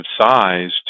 size